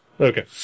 Okay